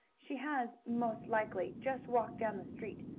she has, most likely, just walked down the street.